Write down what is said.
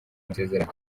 masezerano